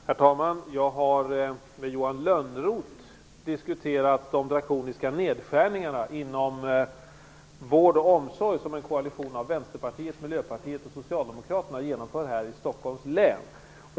Herr talman! Jag har med Johan Lönnroth diskuterat de drakoniska nedskärningarna inom vård och omsorg som en koalition av Vänsterpartiet, Miljöpartiet och Socialdemokraterna genomför här i Stockholms län.